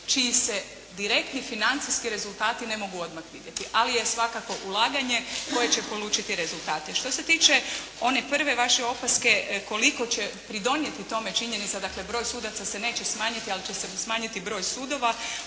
čiji se direktni financijski rezultati ne mogu odmah vidjeti. Ali je svakako ulaganje koje će polučiti rezultate. Što se tiče one prve vaše opaske koliko će pridonijeti tome činjenica dakle, broj sudaca se neće smanjiti ali će se smanjiti broj sudova?